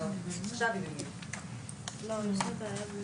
אני חושבת שנוכח העובדה שברשויות מקומיות מסוימות,